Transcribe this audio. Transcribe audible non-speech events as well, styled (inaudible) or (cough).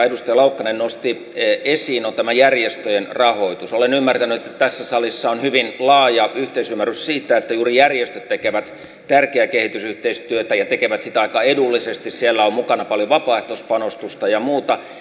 (unintelligible) edustaja laukkanen nosti esiin on tämä järjestöjen rahoitus olen ymmärtänyt että tässä salissa on hyvin laaja yhteisymmärrys siitä että juuri järjestöt tekevät tärkeää kehitysyhteistyötä ja tekevät sitä aika edullisesti siellä on mukana paljon vapaaehtoispanostusta ja muuta